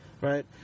Right